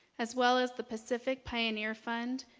as well as the pacific pioneer fund,